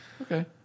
Okay